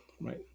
right